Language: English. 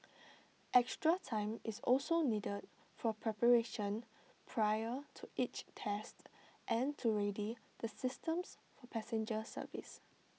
extra time is also needed for preparation prior to each test and to ready the systems for passenger service